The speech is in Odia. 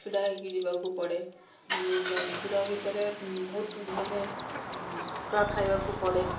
ଛିଡ଼ା ହୋଇକି ଯିବାକୁ ପଡ଼େ ଭିଡ଼ ଭିତରେ ବହୁତ ମାନେ ଧକ୍କା ଖାଇବାକୁ ପଡ଼େ